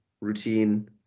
Routine